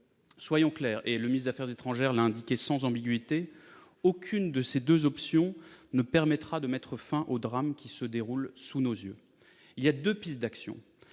Soyons clairs, et le ministre des affaires étrangères l'a indiqué sans ambiguïté, aucune de ces deux options ne permettra de mettre fin au drame qui se déroule sous nos yeux. Il y a deux pistes d'action.